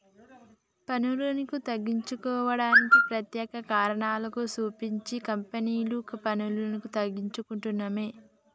పన్నులను తగ్గించుకోవడానికి ప్రత్యేక కారణాలు సూపించి కంపెనీలు పన్నులను తగ్గించుకుంటున్నయ్